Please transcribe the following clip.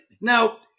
now